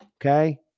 Okay